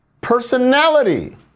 personality